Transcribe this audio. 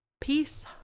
Peace